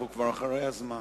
אנחנו כבר אחרי הזמן.